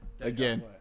again